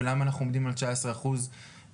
ולמה אנחנו עומדים על תשעה עשר אחוז עמידה,